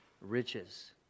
riches